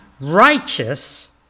righteous